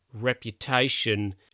reputation